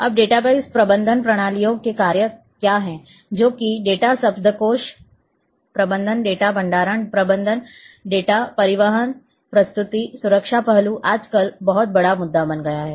अब डेटाबेस प्रबंधन प्रणालियों के कार्य क्या हैं जो कि डेटा शब्दकोश प्रबंधन डेटा भंडारण प्रबंधन डेटा परिवहन प्रस्तुति सुरक्षा पहलू आजकल बहुत बड़ा मुद्दा बन गया है